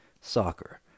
soccer